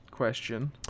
question